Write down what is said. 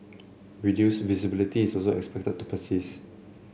reduced visibility is also expected to persist